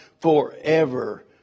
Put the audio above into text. forever